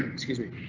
excuse me,